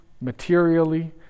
materially